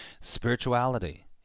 spirituality